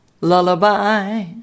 Lullaby